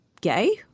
gay